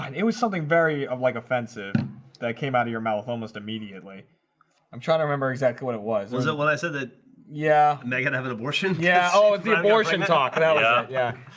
and it was something very of like offensive that came out of your mouth almost immediately i'm trying to remember exactly what it was was it when i said that yeah, and they're gonna have an abortion yeah oh the abortion talk. and yeah, yeah,